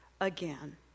again